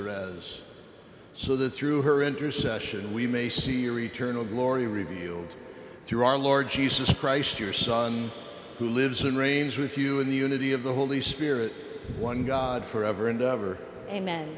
center as so that through her intercession we may see your eternal glory revealed through our lord jesus christ your son who lives and reigns with you in the unity of the holy spirit one god forever and ever amen